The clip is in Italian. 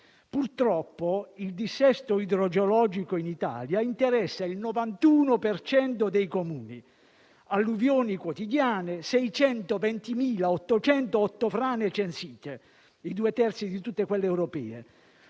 Purtroppo, il dissesto idrogeologico in Italia interessa il 91 per cento dei Comuni, con alluvioni quotidiane e 620.808 frane censite (i due terzi di tutte quelle europee).